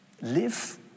Live